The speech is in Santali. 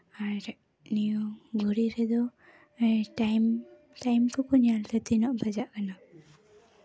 ᱟᱨ ᱱᱤᱭᱩ ᱜᱷᱚᱲᱤ ᱨᱮᱫᱚ ᱴᱟᱭᱤᱢ ᱠᱚᱠᱚ ᱧᱮᱞᱛᱮ ᱛᱤᱱᱟᱹᱜ ᱵᱟᱡᱟᱜ ᱠᱟᱱᱟ